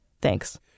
Thanks